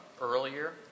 Earlier